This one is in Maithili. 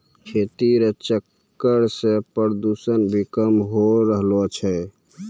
खेती रो चक्कर से प्रदूषण भी कम होय रहलो छै